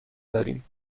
داریم